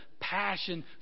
passion